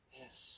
yes